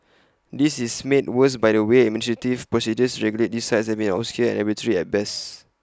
this is made worse by the way administrative processes to regulate these sites have been obscure and arbitrary at best